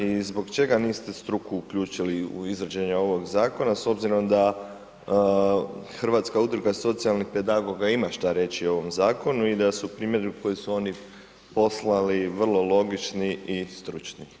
I zbog čega niste struku uključili u izradu ovog zakona s obzirom da Hrvatska udruga socijalnih pedagoga ima šta reći o ovom zakonu i da su primjedbe koje su oni poslali vrlo logični i stručni?